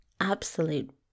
Absolute